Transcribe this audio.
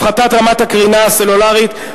הפחתת רמת הקרינה הסלולרית),